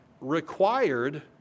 required